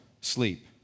sleep